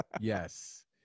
Yes